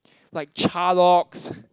like Cha-Locks